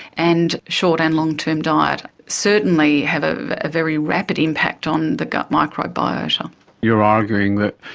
and short and long term diet certainly have a very rapid impact on the gut microbiota. you're arguing that,